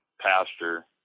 pasture